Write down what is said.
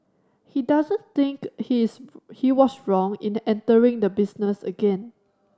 he doesn't think he's he was wrong in entering the business again